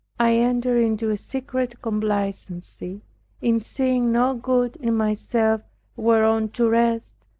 i entered into a secret complacency in seeing no good in myself whereon to rest,